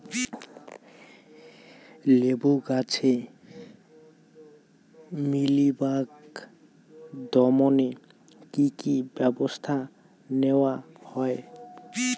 লেবু গাছে মিলিবাগ দমনে কী কী ব্যবস্থা নেওয়া হয়?